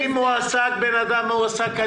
אם מועסק בן אדם כדין,